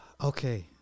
Okay